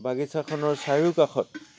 বাগিচাখনৰ চাৰিওকাষত